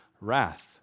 wrath